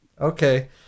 Okay